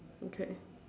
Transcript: okay